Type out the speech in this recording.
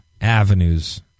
avenues